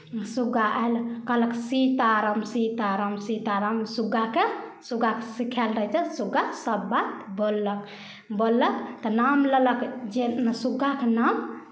सुग्गा आयल कहलक सीताराम सीताराम सीताराम सुग्गाकेँ सुग्गाकेँ सिखायल रहतै तऽ सुग्गा सभ बात बोललक बोललक तऽ नाम लेलक जे सुग्गाके नाम